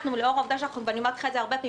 ולאור העובדה ואני אומרת לך את זה הרבה פעמים